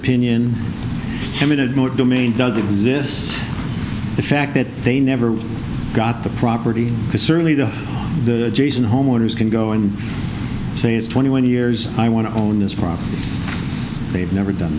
opinion limited domain does exist the fact that they never got the property because certainly the jayson homeowners can go and say it's twenty one years i want to own this property they've never done